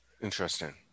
Interesting